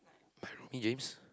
my roomie James